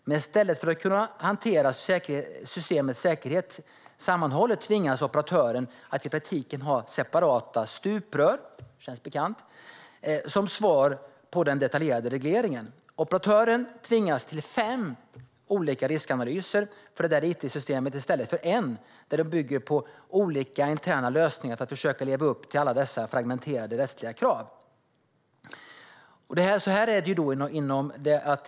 I stället för att kunna hantera systemets säkerhet sammanhållet tvingas operatören att i praktiken ha separata stuprör - det känns bekant - som svar på den detaljerade regleringen. Operatören tvingas till fem olika riskanalyser för it-systemet i stället för en . Det krävs olika interna lösningar för att försöka leva upp till alla dessa fragmenterade rättsliga krav.